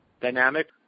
dynamic